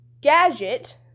gadget